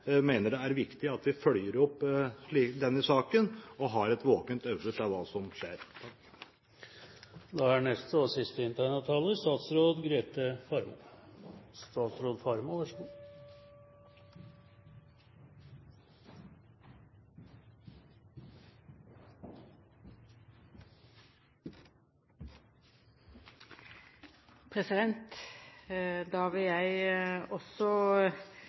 mener det er viktig at vi følger opp denne saken og har et våkent øye for hva som skjer. Jeg vil også takke for debatten. Den illustrerer mange sider av et svært krevende og